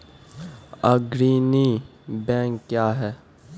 अग्रणी बैंक क्या हैं?